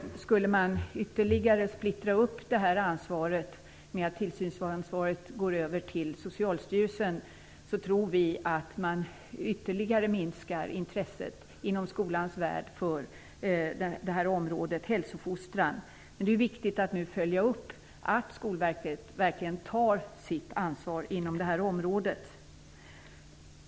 Om man ytterligare skulle splittra upp detta ansvar genom att låta tillsynsansvaret föras över till Socialstyrelsen, tror vi att man ytterligare minskar intresset inom skolans värld för hälsofostran. Men det är viktigt att man nu följer upp att Skolverket verkligen tar sitt ansvar på detta område.